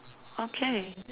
okay